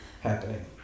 happening